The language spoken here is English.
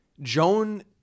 Joan